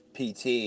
PT